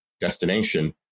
destination